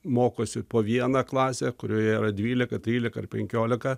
mokosi po vieną klasę kurioje yra dvylika trylika ar penkiolika